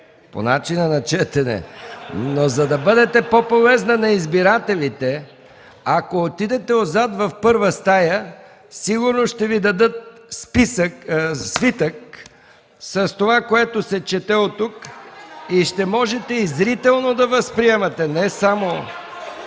МИХАИЛ МИКОВ: Но за да бъдете по-полезна на избирателите, ако отидете отзад – в първа стая, сигурно ще Ви дадат свитък с това, което се чете оттук и ще можете и зрително да възприемате! (Весело